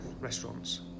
restaurants